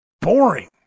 boring